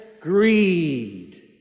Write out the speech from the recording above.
greed